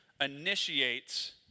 initiates